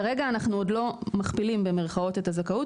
כרגע אנחנו עוד לא מכפילים במירכאות את הזכאות,